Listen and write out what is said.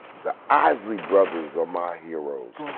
the isley brothers are my heroes,